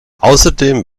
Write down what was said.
außerdem